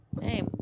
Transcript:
Hey